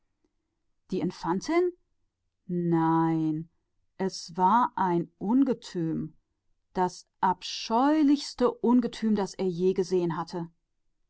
die infantin oh es war ein scheusal das groteskeste scheusal das er je gesehen hatte